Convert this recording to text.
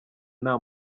nta